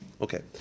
Okay